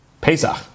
Pesach